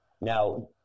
now